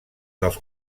dels